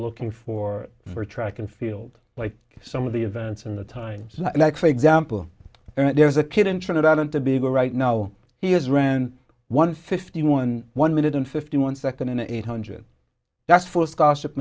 looking for for track and field like some of the events in the times like for example there's a kid in trinidad and tobago right now he has ran one fifty one one minute and fifty one second and eight hundred that's four scholarship